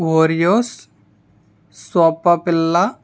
Oreos సోప్పపిల్లా